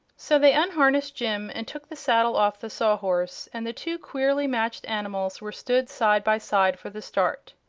so they unharnessed jim and took the saddle off the sawhorse, and the two queerly matched animals were stood side by side for the start.